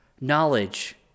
Knowledge